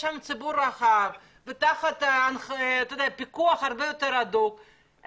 שם הציבור הרחב הן תחת פיקוח הרבה יותר הדוק.